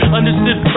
understood